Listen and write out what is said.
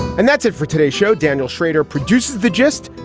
and that's it for today's show, daniel shrader produced the gist.